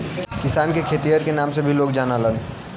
किसान के खेतिहर के नाम से भी लोग जानलन